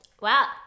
Wow